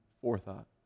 forethought